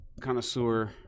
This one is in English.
connoisseur